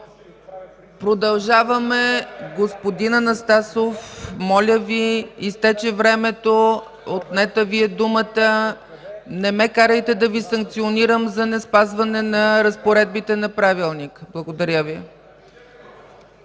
Продължаваме... Господин Анастасов, моля Ви, изтече времето, отнета Ви е думата! Не ме карайте да Ви санкционирам за неспазване на разпоредбите на Правилника! Благодаря Ви.